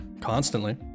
constantly